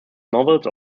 novels